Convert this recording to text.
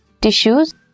tissues